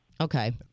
Okay